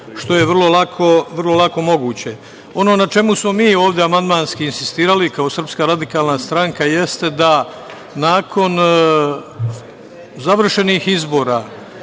što je vrlo lako moguće. Ono na čemu smo mi ovde amandmanski insistirali kao SRS jeste da nakon završenih izbora,